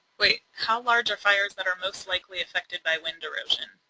wait how large are fires that are most likely affected by wind erosion?